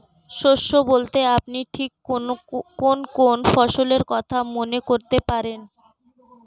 শস্য বলতে আপনি ঠিক কোন কোন ফসলের কথা মনে করতে পারেন?